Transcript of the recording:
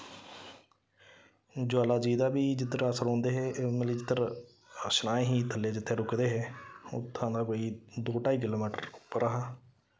ज्वाला जी दा बी जिद्धर अस रौंह्दे हे मतलब जिद्धर अस सरांऽ ही थल्ले जित्थै रुके दे हे उत्थूं दा कोई दो ढाई किलोमीटर उप्पर हा